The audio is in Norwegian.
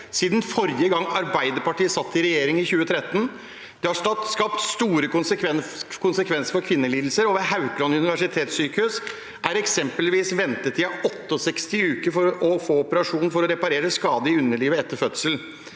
siden forrige gang Arbeiderpartiet satt i regjering, i 2013. Det har skapt store konsekvenser for kvinnelidelser. Ved Haukeland universitetssykehus er eksempelvis ventetiden 68 uker for å få operasjon for å reparere skade i underlivet etter fødsel.